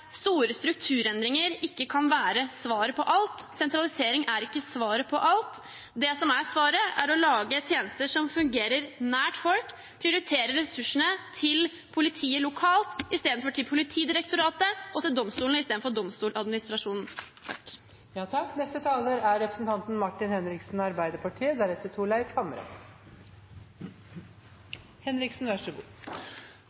store strukturendringer ikke kan være svaret på alt, sentralisering er ikke svaret på alt. Det som er svaret, er å lage tjenester som fungerer nær folk, og å prioritere ressursene til politiet lokalt istedenfor til Politidirektoratet, og til domstolene istedenfor til Domstoladministrasjonen.